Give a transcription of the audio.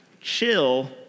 chill